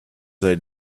they